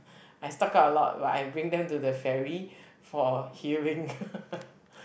I stock up a lot but I bring them to the ferry for healing